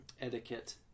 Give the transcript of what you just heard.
etiquette